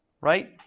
right